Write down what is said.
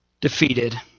defeated